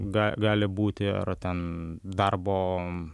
gal gali būti ar ten darbo